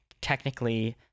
technically